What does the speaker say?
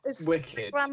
wicked